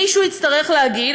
מישהו יצטרך להגיד,